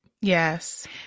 Yes